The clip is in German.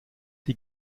die